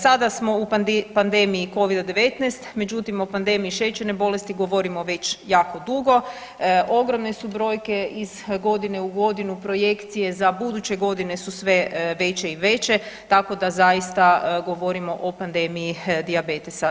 Sada smo u pandemiji covida-19, međutim o pandemiji šećerne bolesti govorimo već jako dugo, ogromne su brojke iz godine u godinu, projekcije za buduće godine su sve veće i veće, tako da zaista govorimo o pandemiji dijabetesa.